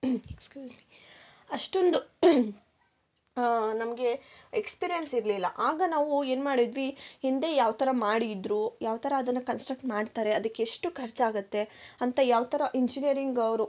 excuse me ಅಷ್ಟೊಂದು ನಮಗೆ experience ಇರಲಿಲ್ಲ ಆಗ ನಾವು ಏನು ಮಾಡಿದ್ವಿ ಹಿಂದೆ ಯಾವ ಥರ ಮಾಡಿದ್ರು ಯಾವ ಥರ ಅದನ್ನು ಕನ್ಸ್ಟ್ರಕ್ಟ್ ಮಾಡ್ತಾರೆ ಅದಕ್ಕೆಷ್ಟು ಖರ್ಚಾಗುತ್ತೆ ಅಂತ ಯಾವ ಥರ ಇಂಜಿನಿಯರಿಂಗ್ ಅವರು